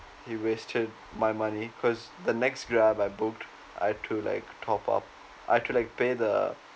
he wasted my money cause the next grab I booked I took like top up I took like pay the